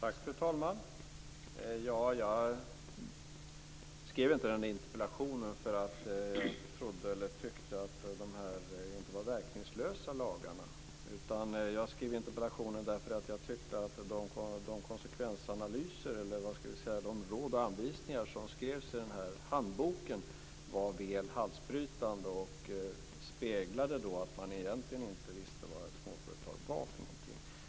Fru talman! Jag skrev inte interpellationen därför att jag tyckte att lagarna var verkningslösa, utan jag skrev den därför att jag tyckte att de råd och anvisningar som finns i handboken är väl halsbrytande och speglar att man egentligen inte vet vad småföretag är för något.